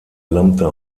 lambda